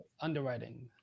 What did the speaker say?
underwriting